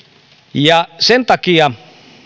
sen takia